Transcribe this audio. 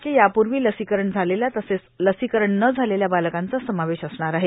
चे यापूर्वी लसीकरण झालेल्या तसेच लसीकरण न झालेल्या बालकांचा समावेश असणार आहे